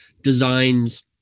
designs